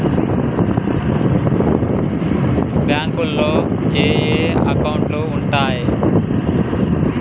బ్యాంకులో ఏయే అకౌంట్లు ఉంటయ్?